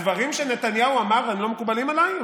הדברים שנתניהו אמר לא מקובלים עליי?